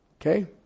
Okay